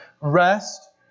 Rest